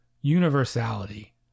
universality